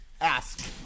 Ask